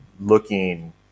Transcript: looking